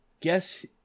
guess